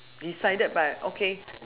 decided by okay